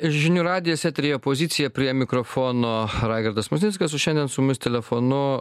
žinių radijas eteryje pozicija prie mikrofono raigardas musnickas o šiandien su mumis telefonu